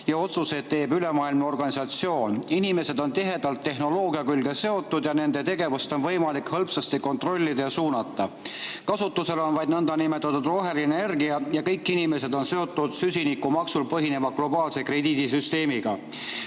ja otsuseid teeb ülemaailmne organisatsioon, inimesed on tihedalt tehnoloogia külge seotud ja nende tegevust on võimalik hõlpsasti kontrollida ja suunata, kasutusel on vaid nõndanimetatud roheline energia ja kõik inimesed on seotud süsinikumaksul põhineva globaalse krediidisüsteemiga.